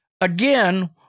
Again